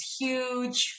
huge